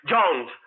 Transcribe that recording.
Jones